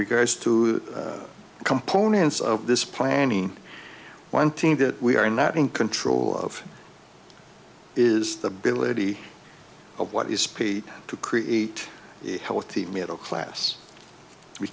regards to the components of this planning one team that we are not in control of is the bill eighty of what is paid to create a healthy middle class we